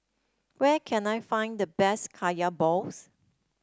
where can I find the best Kaya Balls